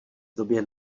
době